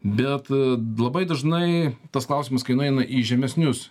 bet labai dažnai tas klausimas kai nueina į žemesnius